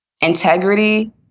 integrity